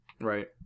Right